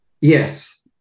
Yes